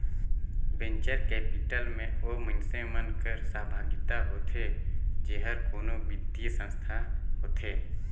venture capital में ओ मइनसे मन कर सहभागिता होथे जेहर कोनो बित्तीय संस्था होथे